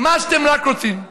מה שאתם רק רוצים.